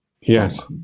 Yes